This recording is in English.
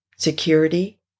security